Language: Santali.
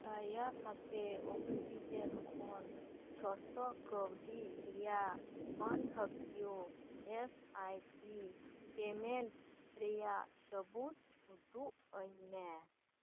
ᱫᱟᱭᱟ ᱠᱟᱛᱮ ᱚᱠᱥᱤᱡᱮᱱ ᱠᱷᱚᱱ ᱪᱷᱚᱥᱚ ᱠᱟᱹᱣᱰᱤ ᱨᱮᱭᱟᱜ ᱢᱟᱹᱱᱦᱟᱹᱠᱤᱭᱟᱹ ᱮᱥ ᱟᱭ ᱯᱤ ᱯᱮᱢᱮᱴ ᱨᱮᱭᱟᱜ ᱥᱟᱵᱩᱫᱽ ᱩᱫᱩᱜ ᱟᱹᱧᱢᱮ